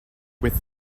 with